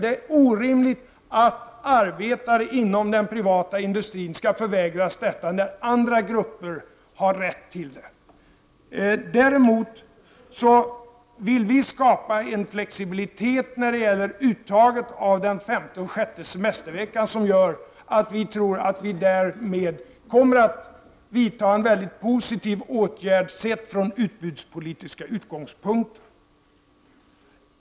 Det är orimligt att arbetare inom den privata industrin skall förvägras detta när andra grupper har rätt till det. Däremot vill vi skapa flexibilitet när det gäller uttaget av den femte och sjätte semesterveckan. Vi tror att vi därigenom vidtar en mycket positiv åtgärd sett från utbudspolitiska utgångspunkter.